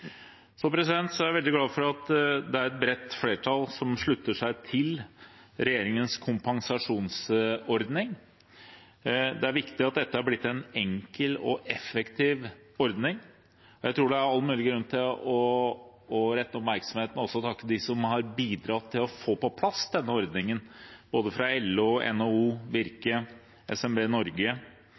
Så er jeg veldig glad for at det er et bredt flertall som slutter seg til regjeringens kompensasjonsordning. Det er viktig at dette er blitt en enkel og effektiv ordning. Jeg tror det er all mulig grunn til å rette oppmerksomheten mot og også takke dem som har bidratt til å få på plass denne ordningen, både LO, NHO, Virke og SMB Norge,